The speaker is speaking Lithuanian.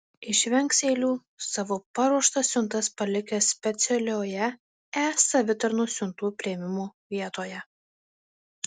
išvengs eilių savo paruoštas siuntas palikę specialioje e savitarnos siuntų priėmimo vietoje